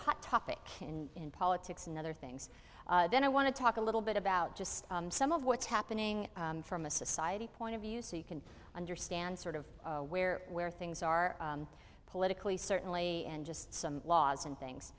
hot topic in politics and other things then i want to talk a little bit about just some of what's happening from a society point of view so you can understand sort of where where things are politically certainly and just some laws and things